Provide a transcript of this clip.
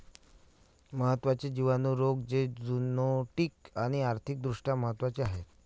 महत्त्वाचे जिवाणू रोग जे झुनोटिक आणि आर्थिक दृष्ट्या महत्वाचे आहेत